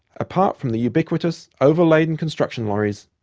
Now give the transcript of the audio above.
apart from the ubiquitous, over-laden construction lorries,